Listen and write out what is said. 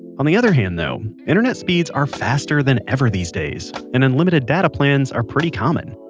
on the other hand though, internet speeds are faster than ever these days, and unlimited data plans are pretty common.